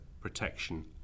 protection